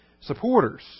supporters